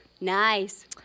Nice